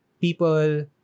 people